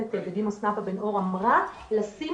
השופטת בדימוס נאוה בן אור אמרה: לשים